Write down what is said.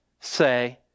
say